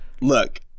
look